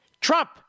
Trump